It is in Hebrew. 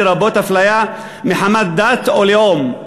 לרבות אפליה מחמת דת או לאום,